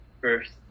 first